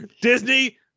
Disney